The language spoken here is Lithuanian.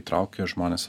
įtraukia žmones